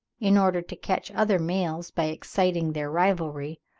in order to catch other males by exciting their rivalry,